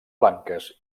blanques